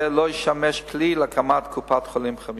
לא ישמש כלי להקמת קופת-חולים חמישית.